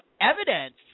evidence